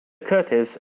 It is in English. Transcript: curtis